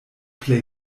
plej